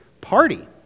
party